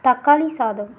தக்காளி சாதம்